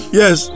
yes